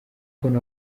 kubona